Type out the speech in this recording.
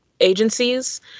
agencies